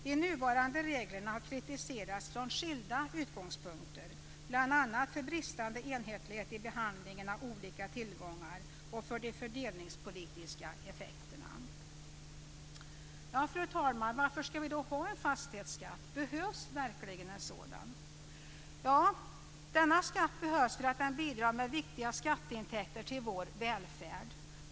De nuvarande reglerna har kritiserats från skilda utgångspunkter, bl.a. för bristande enhetlighet i behandlingen av olika tillgångar och för de fördelningspolitiska effekterna. Varför, fru talman, ska vi då ha en fastighetsskatt? Behövs verkligen en sådan? Jo, denna skatt behövs för att den bidrar med viktiga skatteintäkter till vår välfärd.